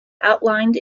outlined